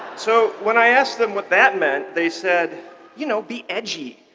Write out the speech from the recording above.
so when i asked them what that meant, they said you know be edgy.